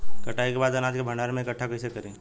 कटाई के बाद अनाज के भंडारण में इकठ्ठा कइसे करी?